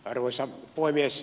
arvoisa puhemies